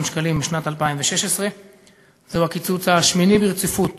שקל בשנת 2016. זהו הקיצוץ השמיני ברציפות